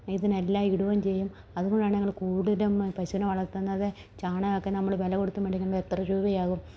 ഇതിനെല്ലാം ഇടുകയും ചെയ്യും അതുകൊണ്ടാണ് ഞങ്ങൾ കൂടുതലും പശുവിനെ വളർത്തുന്നത് ചാണകം ഒക്കെ നമ്മൾ വില കൊടുത്ത് മേടിക്കുമ്പം എത്ര രൂപയാകും